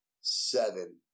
seven